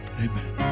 Amen